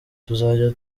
tuzajya